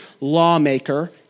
lawmaker